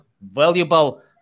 Valuable